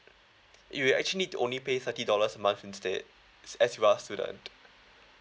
you actually need to only pay thirty dollars a month instead as for a student